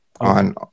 on